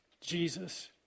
Jesus